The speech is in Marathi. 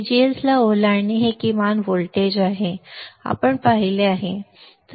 VGS ला ओलांडणे हे किमान व्होल्टेज आहे हे आपण पाहिले आहे